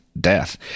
death